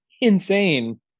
insane